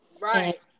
Right